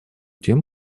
тем